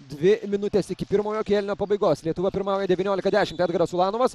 dvi minutes iki pirmojo kėlinio pabaigos lietuva pirmauja devyniolika dešimt edgaras ulanovas